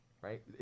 right